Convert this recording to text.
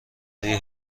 آیا